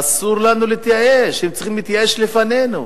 אסור לנו להתייאש, הם צריכים להתייאש לפנינו.